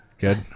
Good